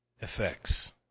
effects